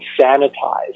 sanitized